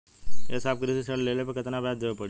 ए साहब कृषि ऋण लेहले पर कितना ब्याज देवे पणी?